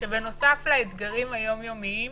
כשבנוסף לאתגרים היום-יומיים